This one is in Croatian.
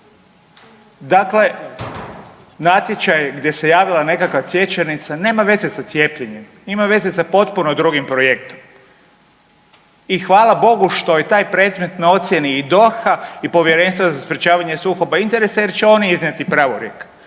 Dakle, natječaj gdje se javila nekakva cvjećarnica nema veze sa cijepljenjem, ima veze sa potpuno drugim projektom. I hvala Bogu što je taj predmet na ocijeni i DORH-a i Povjerenstva za sprječavanja sukoba interesa jer će oni iznijeti pravorijek.